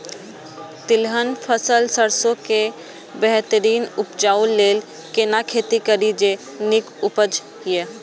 तिलहन फसल सरसों के बेहतरीन उपजाऊ लेल केना खेती करी जे नीक उपज हिय?